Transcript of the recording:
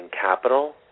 capital